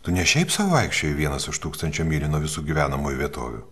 tu ne šiaip sau vaikščiojai vienas už tūkstančio mylių nuo visų gyvenamųjų vietovių